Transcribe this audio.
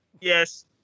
Yes